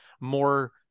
more